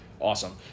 Awesome